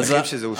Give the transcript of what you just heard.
שמחים שזה אושר.